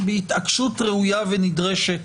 שבהתעקשות ראויה ונדרשת